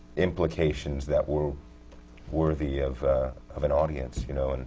implications that were worthy of of an audience, you know, and